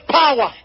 power